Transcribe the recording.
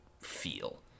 feel